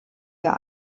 der